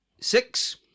six